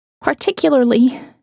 Particularly